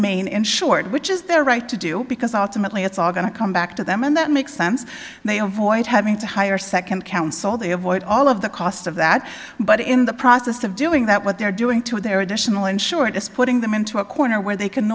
main insured which is their right to do because ultimately it's all going to come back to them and that makes sense they avoid having to hire second counsel they avoid all of the cost of that but in the process of doing that what they're doing to their additional insured is putting them into a corner where they can